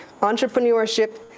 entrepreneurship